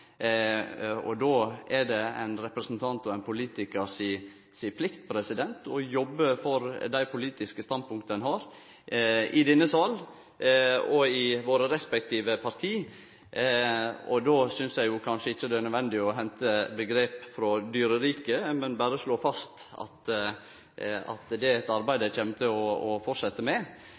deler. Då er det ein representant, ein politikar, si plikt å jobbe for dei politiske standpunkta ein har, i denne sal og i dei respektive partia. Då synest eg kanskje ikkje det er nødvendig å hente omgrep frå dyreriket, men berre slå fast at dette arbeidet kjem eg til å fortsetje med.